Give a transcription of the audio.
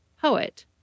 poet